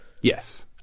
Yes